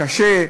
הקשה,